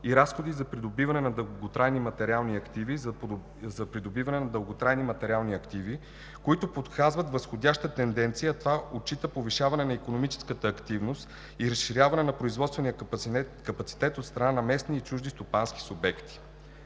и разходите за придобиване на дълготрайни материални активи, които показват възходяща тенденция. Отчита се повишаване на икономическата активност и разширяване на производствения капацитет от страна на местни и чужди стопански субекти.